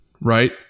right